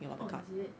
oh is it